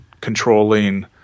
controlling